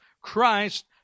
Christ